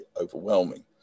overwhelming